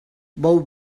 bou